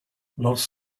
lots